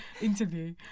interview